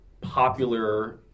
popular